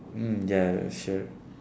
mm ya sure